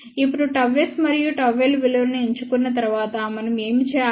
ఇప్పుడు ΓS మరియు ΓL విలువలను ఎంచుకున్న తర్వాత మనం ఏమి చేయాలి